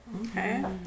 Okay